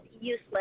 useless